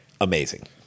Amazing